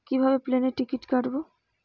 কিভাবে প্লেনের টিকিট কাটব?